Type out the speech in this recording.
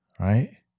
right